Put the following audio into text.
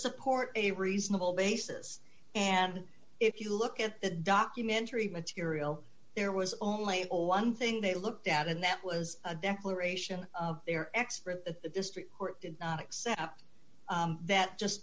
support a reasonable basis and if you look at the documentary material there was only one thing they looked at and that was a declaration they are expert at the district court did not accept that just